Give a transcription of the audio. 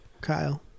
Kyle